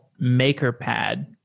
MakerPad